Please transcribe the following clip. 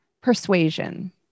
persuasion